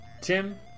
Tim